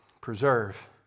Preserve